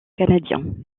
canadien